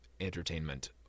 entertainment